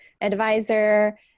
advisor